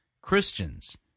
Christians